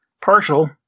Partial